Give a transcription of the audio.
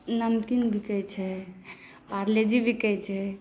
नमकीन बिकै छै पारलेजी बिकै छै